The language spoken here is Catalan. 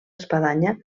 espadanya